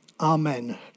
amen